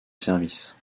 service